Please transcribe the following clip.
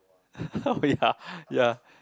oh ya ya